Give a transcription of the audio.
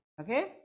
okay